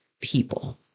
People